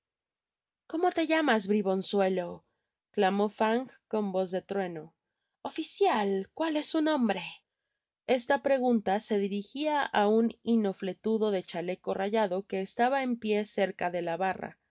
como te llamas bribonzuelo clamó fang con voz de truenooficial cual es su nombre esta pregunta se dirigia á un mofletudo de chaleco rayado que estaba en pió cerca de la barra se